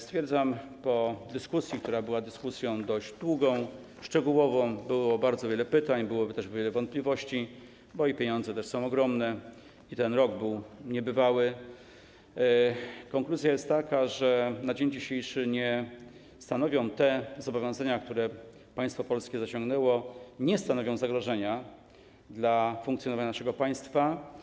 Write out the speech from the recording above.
Stwierdzam po dyskusji, która była dyskusją dość długą, szczegółową - było bardzo wiele pytań, było też wiele wątpliwości, bo pieniądze są ogromne i ten rok był niebywały - że konkluzja jest taka, że na dzień dzisiejszy te zobowiązania, które państwo polskie zaciągnęło, nie stanowią zagrożenia dla funkcjonowania naszego państwa.